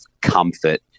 comfort